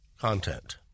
content